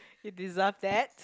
you deserve that